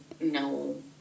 no